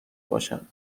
باشد